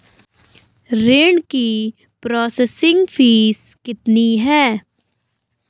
ऋण की processing fees कितनी है?